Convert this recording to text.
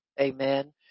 Amen